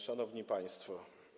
Szanowni Państwo!